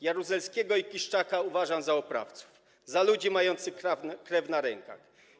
Jaruzelskiego i Kiszczaka uważam za oprawców, za ludzi mających krew na rękach.